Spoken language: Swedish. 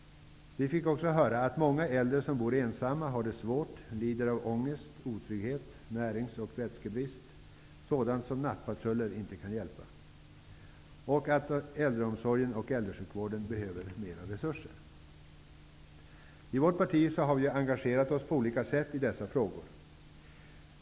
Vi fick också höra att många äldre som bor ensamma har det svårt och lider av ångest, otrygghet och närings och vätskebrist, sådant som nattpatruller inte kan hjälpa till med. Det sades också att äldreomsorgen och äldresjukvården behöver mera resurser. I vårt parti har vi engagerat oss på olika sätt i dessa frågor.